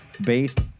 based